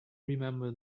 remember